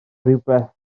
rywbeth